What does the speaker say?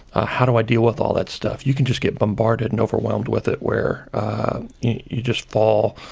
how do i deal with all that stuff? you can just get bombarded and overwhelmed with it, where you just fall